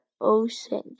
ocean